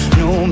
no